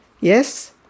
Yes